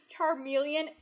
charmeleon